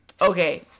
Okay